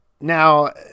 Now